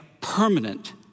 permanent